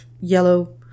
yellow